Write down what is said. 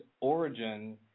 origin